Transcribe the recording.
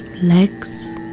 Legs